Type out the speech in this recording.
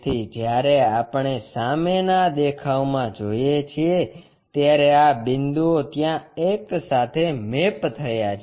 તેથી જ્યારે આપણે સામેના દેખાવમાં જોઈએ છીએ ત્યારે આ બિંદુઓ ત્યાં એક સાથે મેપ થયા છે